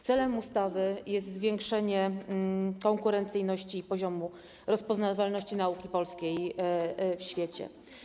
Celem ustawy jest zwiększenie konkurencyjności i poziomu rozpoznawalności nauki polskiej w świecie.